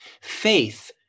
Faith